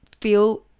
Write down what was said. feel